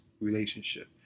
relationship